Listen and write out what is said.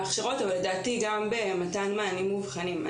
ההכשרות, אבל לדעתי גם במתן מענים מובחנים.